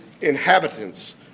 inhabitants